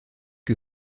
que